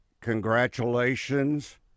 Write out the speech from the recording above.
congratulations